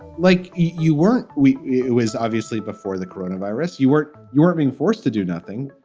like you weren't we? it was obviously before the corona virus. you weren't you weren't being forced to do nothing.